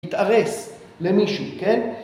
להתארס למישהו, כן?